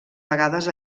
vegades